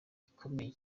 ikomeye